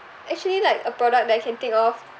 actually like a product that I can think of